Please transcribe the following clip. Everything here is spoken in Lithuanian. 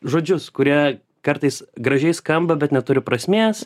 žodžius kurie kartais gražiai skamba bet neturi prasmės